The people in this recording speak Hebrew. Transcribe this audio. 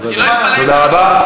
בוודאי.